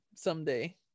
someday